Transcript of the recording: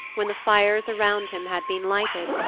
when the fires around him had been lighted,